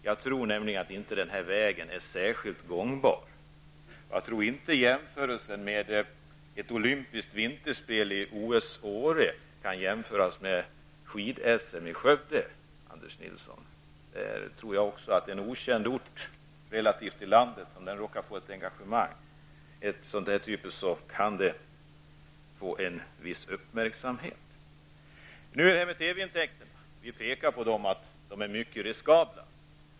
Jag tror nämligen inte att den här vägen är särskilt gångbar. Jag tror inte att olympiska vinterspelen och OS i Åre kan jämföras med skid-SM i Skövde, Anders Nilsson! Jag tror också att det kan få en viss uppmärksamhet om en relativt okänd ort i landet får ett engagemang av den här typen. Sedan vill jag ta upp TV-intäkterna. Vi vill peka på att dessa intäkter är mycket riskabla.